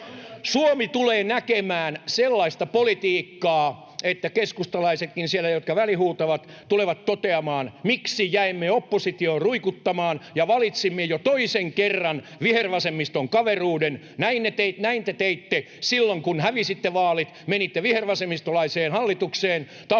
Suomi tulee näkemään sellaista politiikkaa, että ne keskustalaisetkin siellä, jotka välihuutavat, tulevat toteamaan: ”Miksi jäimme oppositioon ruikuttamaan ja valitsimme jo toisen kerran vihervasemmiston kaveruuden?” Näin te teitte silloin kun hävisitte vaalit, menitte vihervasemmistolaiseen hallitukseen tappamaan